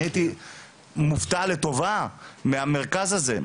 אני הייתי מופתע לטובה מהמרכז הזה,